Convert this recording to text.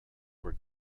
were